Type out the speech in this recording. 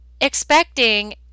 expecting